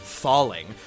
Falling